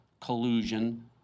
collusion